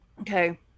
Okay